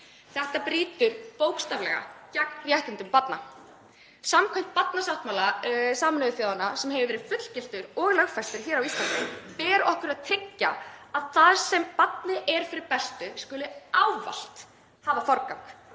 Þetta brýtur bókstaflega gegn réttindum barna. Samkvæmt barnasáttmála Sameinuðu þjóðanna, sem hefur verið fullgiltur og lögfestur á Íslandi, ber okkur að tryggja að það sem barni er fyrir bestu skuli ávallt hafa forgang.